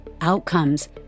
outcomes